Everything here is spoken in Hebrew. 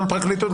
גם פרקליטות,